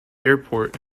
airport